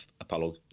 Apollo